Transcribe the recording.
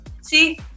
See